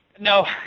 No